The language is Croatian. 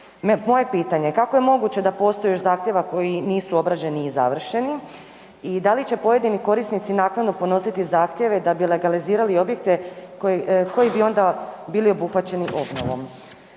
Moje pitanje je, kako je moguće da postoji još zahtjeva koji nisu obrađeni i završeni i da li će pojedini korisnici naknadno podnositi zahtjeve da bi legalizirali objekte koji bi onda bili obuhvaćeni obnovom?